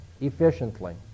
efficiently